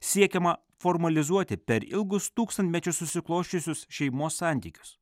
siekiama formalizuoti per ilgus tūkstantmečius susiklosčiusius šeimos santykius